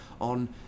on